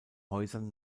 häusern